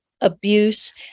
abuse